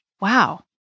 wow